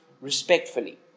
respectfully